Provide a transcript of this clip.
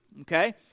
okay